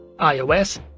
iOS